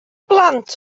blant